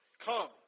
Come